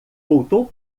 voltou